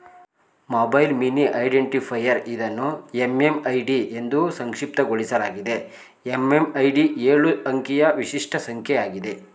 mobile money identifier ಇದನ್ನು MMID ಎಂದೂ ಸಂಕ್ಷಿಪ್ತಗೊಳಿಸಲಾಗಿದೆ ಎಂ.ಎಂ.ಐ.ಡಿ ಎಳು ಅಂಕಿಯ ವಿಶಿಷ್ಟ ಸಂಖ್ಯೆ ಆಗಿದೆ